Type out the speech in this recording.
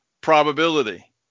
probability